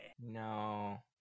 No